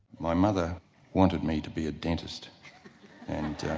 my mother wanted me to be a dentist and